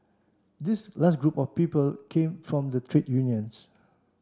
this last group of people came from the trade unions